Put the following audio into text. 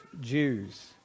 Jews